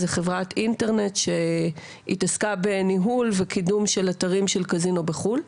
זו חברת אינטרנט שהתעסקה בניהול וקידום של אתרי קזינו בחו"ל,